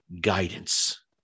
guidance